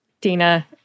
Dina